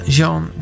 Jean